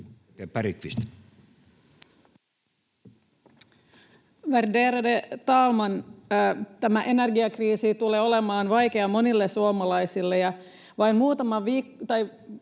Content: Värderade talman! Tämä energiakriisi tulee olemaan vaikea monille suomalaisille. Vain muutamia viikkoja